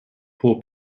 poor